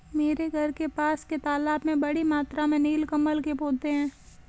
मेरे घर के पास के तालाब में बड़ी मात्रा में नील कमल के पौधें हैं